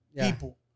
people